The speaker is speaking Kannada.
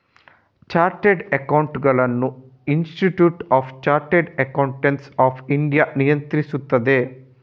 ಚಾರ್ಟರ್ಡ್ ಅಕೌಂಟೆಂಟುಗಳನ್ನು institute of chartered accountants of India ನಿಯಂತ್ರಿಸುತ್ತದೆ